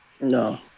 No